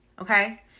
Okay